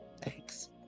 Thanks